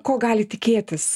ko gali tikėtis